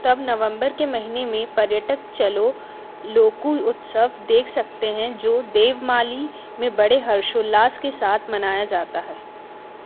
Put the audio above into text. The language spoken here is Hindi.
तब नवम्बर के महीने में पर्यटक चलो लोकू उत्सव देख सकते हैं जो देवमाली में बड़े हर्षोल्लास के साथ मनाया जाता है